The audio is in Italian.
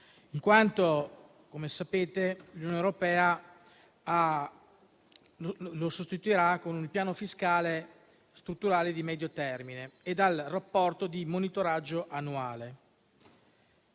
in quanto, come sapete, l'Unione europea lo sostituirà con il Piano fiscale-strutturale di medio termine e con il Rapporto di monitoraggio annuale.